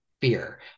fear